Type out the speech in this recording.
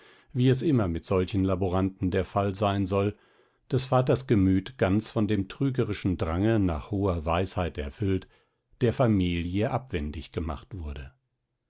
wie es immer mit solchen laboranten der fall sein soll des vaters gemüt ganz von dem trügerischen drange nach hoher weisheit erfüllt der familie abwendig gemacht wurde